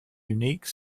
unique